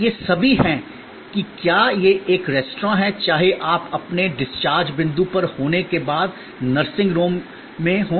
ये सभी हैं कि क्या यह एक रेस्तरां है चाहे आप अपने डिस्चार्ज बिंदु पर होने के बाद नर्सिंग होम में हों